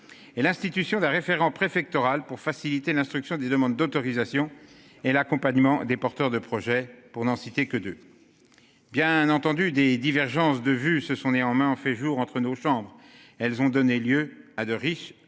Et l'institution d'un référent préfectoral pour faciliter l'instruction des demandes d'autorisation et l'accompagnement des porteurs de projets pour n'en citer que de. Bien entendu, des divergences de vue se sont néanmoins en fait jour entre nos chambres elles ont donné lieu à de riches échanges